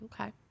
Okay